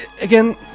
Again